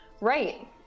Right